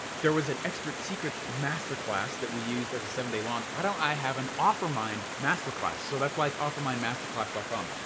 there was an experts secrets masterclass that we used as a seven day launch. why don't i have an offermind masterclass. so that's why it's offermindmasterclass com.